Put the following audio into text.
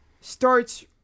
starts